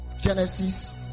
Genesis